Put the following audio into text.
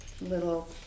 little